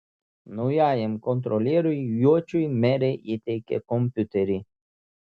naujajam kontrolieriui juočiui merė įteikė kompiuterį